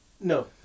No